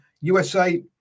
USA